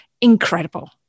incredible